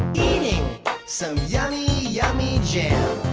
eating some yummy yummy jam.